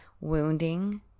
wounding